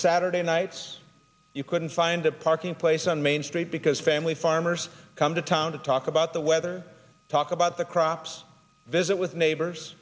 saturday nights you couldn't find a parking place on main street because family farmers come to town to talk about the weather talk about the crops visit with neighbors